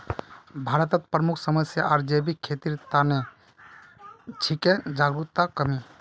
भारतत प्रमुख समस्या आर जैविक खेतीर त न छिके जागरूकतार कमी